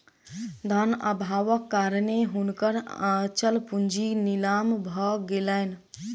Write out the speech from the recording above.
धन अभावक कारणेँ हुनकर अचल पूंजी नीलाम भ गेलैन